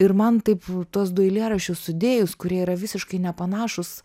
ir man taip tuos du eilėraščius sudėjus kurie yra visiškai nepanašūs